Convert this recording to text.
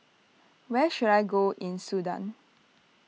where should I go in Sudan